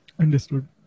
understood